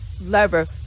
lever